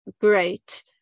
great